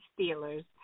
Steelers